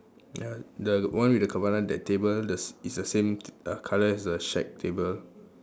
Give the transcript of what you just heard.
ya the one with the cabana that table the s~ is the same uh colour as the shack table